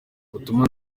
ubutumwa